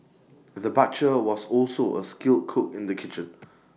the butcher was also A skilled cook in the kitchen